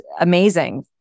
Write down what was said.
amazing